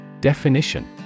Definition